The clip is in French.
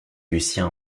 lucien